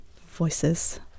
voices